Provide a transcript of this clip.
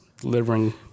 Delivering